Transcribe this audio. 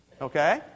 Okay